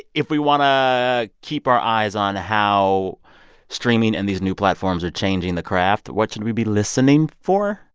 if we want to ah keep our eyes on how streaming and these new platforms are changing the craft, what should we be listening for?